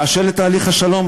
באשר לתהליך השלום,